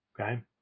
okay